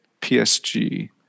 PSG